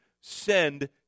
send